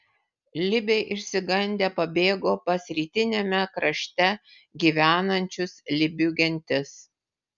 libiai išsigandę pabėgo pas rytiniame krašte gyvenančias libių gentis